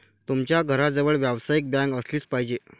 तुमच्या घराजवळ व्यावसायिक बँक असलीच पाहिजे